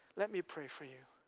let me pray for you.